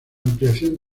ampliación